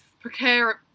precarious